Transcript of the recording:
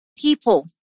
people